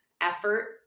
effort